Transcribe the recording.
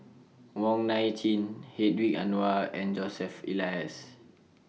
Wong Nai Chin Hedwig Anuar and Joseph Elias